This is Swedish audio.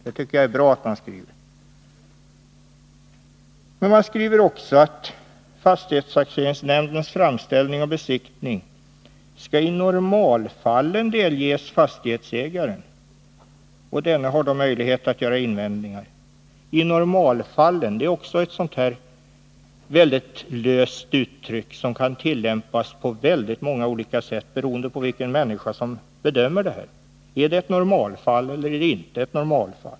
Det tycker jag är bra. Men utskottet skriver också att fastighetstaxeringsnämndens framställning om besiktning i normalfallen skall delges fastighetsägaren. Denne har då möjlighet att göra invändningar. ”I normalfallen” är ett väldigt löst uttryck, som kan tillämpas på många olika sätt beroende på vilka människor som bedömer om det är fråga om ett normalfall eller inte.